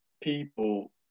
people